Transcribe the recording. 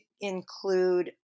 include